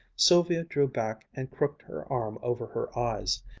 sylvia drew back and crooked her arm over her eyes.